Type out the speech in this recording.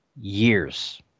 years